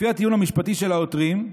לפי הטיעון המשפטי של העותרים,